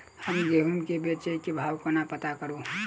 हम गेंहूँ केँ बेचै केँ भाव कोना पत्ता करू?